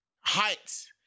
Heights